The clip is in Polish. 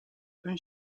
ten